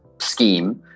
scheme